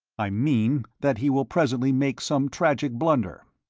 i mean that he will presently make some tragic blunder.